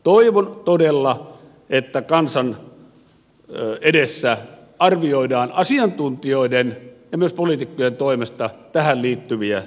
toivon todella että kansan edessä arvioidaan asiantuntijoiden ja myös poliitikkojen toimesta tähän liittyviä tekijöitä